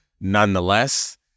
nonetheless